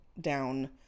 down